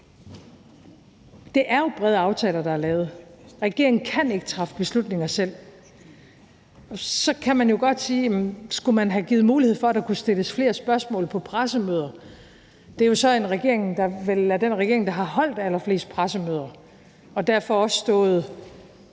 er det jo brede aftaler, der er lavet. Regeringen kan ikke træffe beslutninger selv. Så kan man godt sige: Skulle man have givet mulighed for, at der kunne stilles flere spørgsmål på pressemøder? Det er jo så en regering, der vel er den regering, der har holdt allerflest pressemøder og derfor også stået